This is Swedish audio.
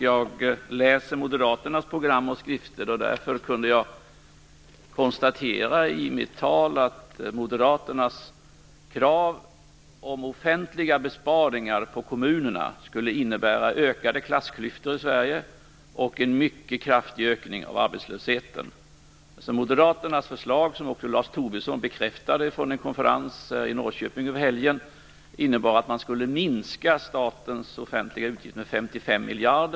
Jag läser moderaternas program och skrifter, och därför kunde jag konstatera i mitt tal att moderaternas krav om offentliga besparingar på kommunerna skulle innebära ökade klassklyftor i Sverige och en mycket kraftig ökning av arbetslösheten. Moderaternas förslag - vilket också Lars Tobisson bekräftade på en konferens i Norrköping under helgen - innebär att man skall minska statens offentliga utgifter med 55 miljarder.